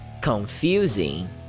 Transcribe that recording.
Confusing